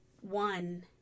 one